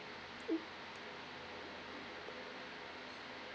mm